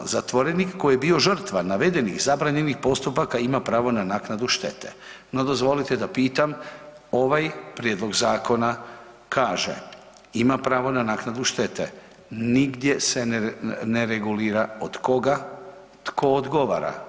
Zatvorenik koji je bio žrtva navedenih zabranjenih postupaka ima pravo na naknadu štete.“ No dozvolite da pitam, ovaj Prijedlog zakona kaže: „Ima pravo na naknadu štete.“, nigdje se ne regulira od koga, tko ogovara?